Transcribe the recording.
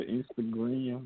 Instagram